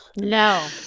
no